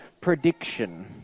prediction